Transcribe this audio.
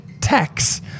tax